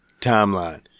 timeline